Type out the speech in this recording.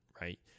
right